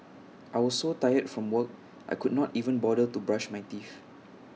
I was so tired from work I could not even bother to brush my teeth